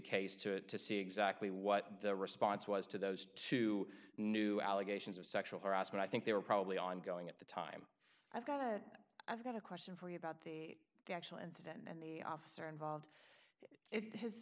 case to see exactly what the response was to those two new allegations of sexual harassment i think they were probably ongoing at the time i've got that i've got a question for you about the actual incident and the officer involved it his